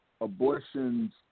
abortions